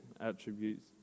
attributes